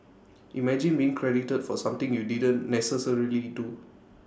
imagine being credited for something you didn't necessarily do